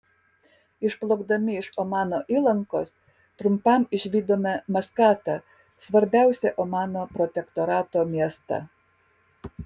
išplaukdami iš omano įlankos trumpam išvydome maskatą svarbiausią omano protektorato miestą